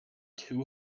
too